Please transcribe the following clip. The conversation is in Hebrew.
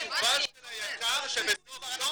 התשובה של היק"ר שבסוף יום